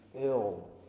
filled